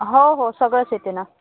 हो हो सगळंच येते ना